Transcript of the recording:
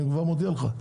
אני כבר מודיע לך.